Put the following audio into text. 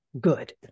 Good